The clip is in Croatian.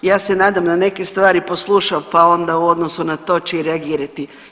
Ja se nadam da je neke stvari poslušao pa onda u odnosu na to će i reagirati.